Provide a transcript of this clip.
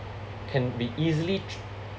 can be easily